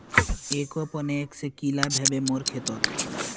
aquaponics से की लाभ ह बे मोर खेतोंत